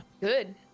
Good